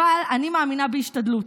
אבל אני מאמינה בהשתדלות.